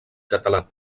català